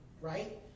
right